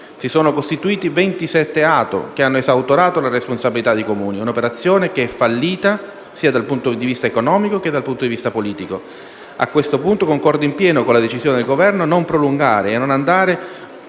Si sono costituiti 27 ATO, che hanno esautorato la responsabilità dei Comuni: un'operazione fallita, sia dal punto di vista economico che politico. A questo punto concordo in pieno con la decisione del Governo di non prolungare e non dare